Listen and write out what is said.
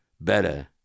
better